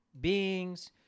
beings